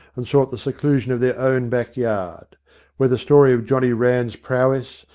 and sought the seclusion of their own back yard where the story of johnny rann's prowess,